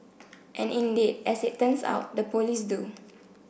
and indeed as it turns out the police do